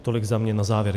Tolik za mě na závěr.